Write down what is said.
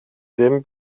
ddim